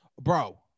Bro